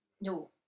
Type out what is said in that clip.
No